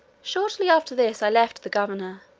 shortly after this i left the governor,